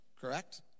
Correct